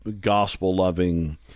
gospel-loving